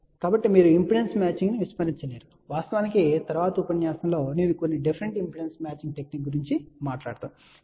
కాబట్టి మీరు ఇంపిడెన్స్ మ్యాచింగ్ను విస్మరించలేరు మరియు వాస్తవానికి తరువాతి ఉపన్యాసంలో నేను కొన్ని డిఫరెంట్ ఇంపిడెన్స్ మ్యాచింగ్ టెక్నిక్ గురించి మాట్లాడుదాము